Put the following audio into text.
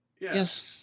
yes